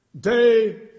day